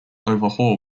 overhaul